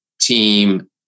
team